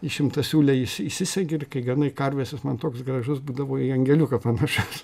į šimtasiūlę įsi įsisegi ir kai ganai karves jis man toks gražus būdavo į angeliuką panašus